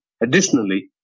additionally